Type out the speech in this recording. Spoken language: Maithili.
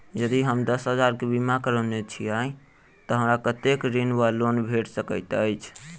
यदि हम दस हजार केँ बीमा करौने छीयै तऽ हमरा कत्तेक ऋण वा लोन भेट सकैत अछि?